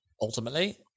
ultimately